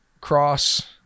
cross